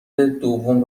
دوم